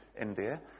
India